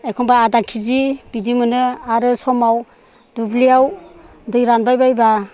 एखनब्ला आदाकेजि बिदि मोनो आरो समाव दुब्लियाव दै रानबाय बायब्ला